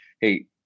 hey